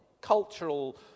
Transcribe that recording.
cultural